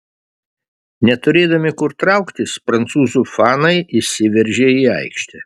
neturėdami kur trauktis prancūzų fanai išsiveržė į aikštę